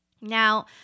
Now